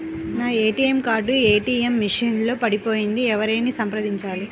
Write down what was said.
నా ATM card ATM machine లో పడిపోయింది ఎవరిని సంప్రదించాలి?